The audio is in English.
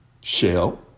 shell